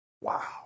Wow